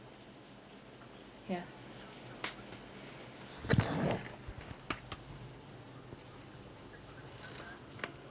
yeah